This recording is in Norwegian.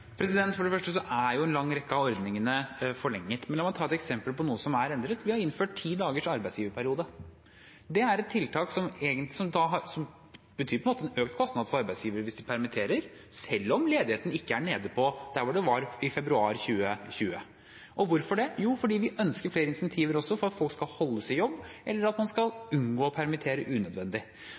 For det første er en lang rekke av ordningene forlenget, men la meg ta et eksempel på noe som er endret. Vi har innført ti dagers arbeidsgiverperiode. Det er et tiltak som betyr en økt kostnad for arbeidsgiver hvis man permitterer, selv om ikke ledigheten er nede på det den var i februar 2020. Hvorfor det? Jo, fordi vi ønsker flere incentiver for at folk skal holdes i jobb, eller at man skal unngå å permittere unødvendig.